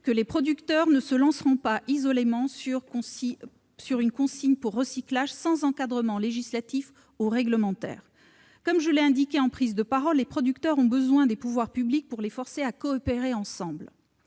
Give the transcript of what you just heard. que les producteurs ne se lanceront pas isolément sur une consigne pour recyclage sans encadrement législatif ou réglementaire. Comme je l'ai indiqué, ils ont besoin des pouvoirs publics pour les forcer à coopérer. En outre,